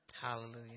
Hallelujah